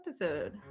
episode